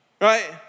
right